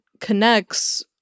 connects